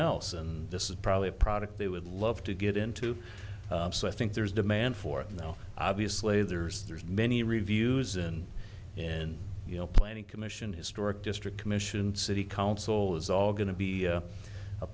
else and this is probably a product they would love to get into so i think there's demand for know obviously there's there's many reviews and and you know planning commission historic district commission city council is all going to be a